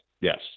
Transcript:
yes